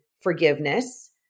forgiveness